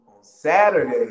Saturday